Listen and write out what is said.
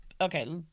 okay